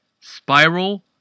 Spiral